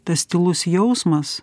tas tylus jausmas